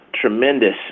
tremendous